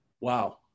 wow